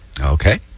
Okay